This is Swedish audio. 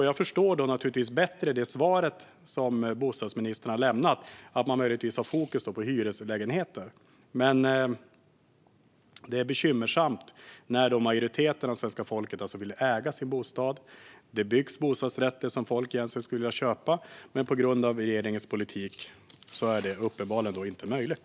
Jag förstår då naturligtvis bättre det svar som bostadsministern har lämnat, nämligen att man möjligtvis har fokus på hyreslägenheter. Men detta är bekymmersamt när majoriteten av svenska folket vill äga sin bostad. Det byggs bostadsrätter som folk skulle vilja köpa. Men på grund av regeringens politik är det uppenbarligen inte möjligt.